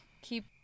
Keep